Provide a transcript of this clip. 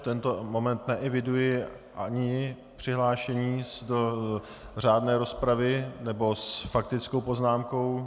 V tento moment neeviduji ani přihlášení do řádné rozpravy nebo s faktickou poznámkou.